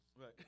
Right